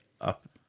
up